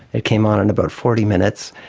it came on in about forty minutes.